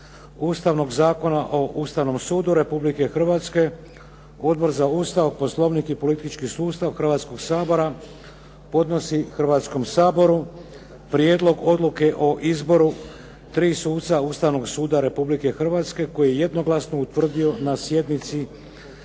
Ustavnog zakona o Ustavnom sudu Republike Hrvatske, Odbor za Ustav, Poslovnik i politički sustav Hrvatskoga sabora podnosi Hrvatskom saboru prijedlog odluke o izboru tri suca Ustavnog suda Republike Hrvatske koji je jednoglasno utvrdio na sjednici